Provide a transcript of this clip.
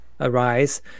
arise